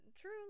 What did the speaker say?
true